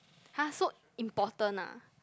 har so important ah